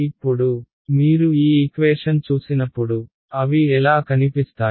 ఇప్పుడు మీరు ఈ ఈక్వేషన్ చూసినప్పుడు అవి ఎలా కనిపిస్తాయి